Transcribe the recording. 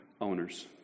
owners